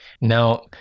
Now